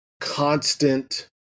constant